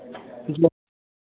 जी